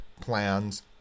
plans